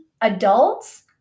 adults